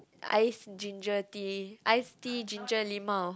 ice ginger tea ice tea ginger-limau